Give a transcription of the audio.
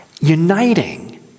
Uniting